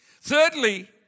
Thirdly